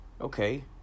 Okay